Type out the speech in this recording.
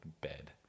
bed